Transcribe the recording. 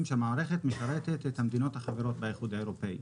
שהמערכת משרתת את המדינות החברות באיחוד האירופי.